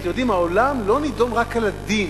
אתם יודעים, העולם לא נידון רק על הדין,